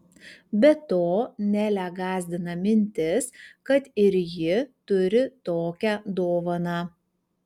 be to nelę gąsdina mintis kad ir ji turi tokią dovaną